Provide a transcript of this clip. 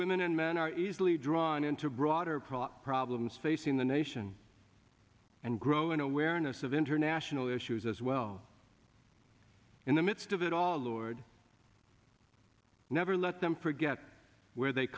women and men are easily drawn into broader prop problems facing the nation and growing awareness of international issues as well in the midst of it all lord never let them forget where they